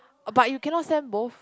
uh but you cannot send both